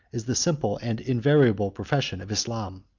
is the simple and invariable profession of islam.